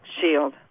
shield